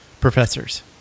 professors